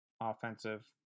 Offensive